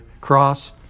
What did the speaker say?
cross